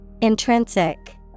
Intrinsic